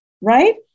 right